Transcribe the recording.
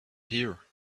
here